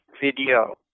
video